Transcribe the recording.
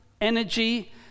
energy